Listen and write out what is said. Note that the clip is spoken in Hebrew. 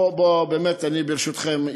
ברשותכם,